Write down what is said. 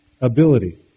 ability